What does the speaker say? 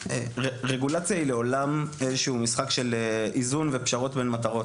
--- רגולציה היא לעולם איזשהו משחק של איזון ופשרות בין מטרות.